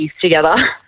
together